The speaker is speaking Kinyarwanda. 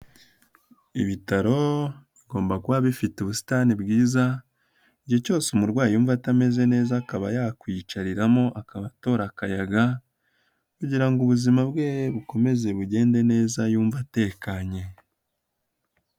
Ibitaro bigomba kuba bifite ubusitani bwiza igihe cyose umurwayi yumva atameze neza akaba yakwiyicariramo akaba atora akayaga, kugira ngo ubuzima bwe bukomeze bugende neza yumva atekanye.